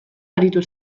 aritu